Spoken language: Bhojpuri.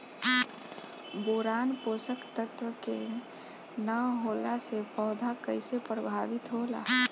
बोरान पोषक तत्व के न होला से पौधा कईसे प्रभावित होला?